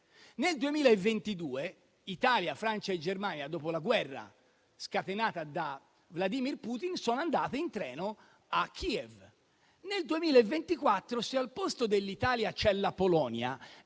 Nel 2022 Italia, Francia e Germania, dopo la guerra scatenata da Vladimir Putin, sono andate in treno a Kiev. Nel 2024 se al posto dell'Italia c'è la Polonia,